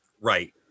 Right